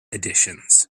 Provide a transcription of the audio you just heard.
editions